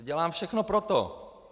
Dělám všechno pro to.